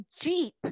jeep